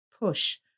push